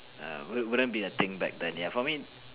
um wouldn't be a thing back then ya for me